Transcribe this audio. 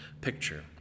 picture